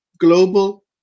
global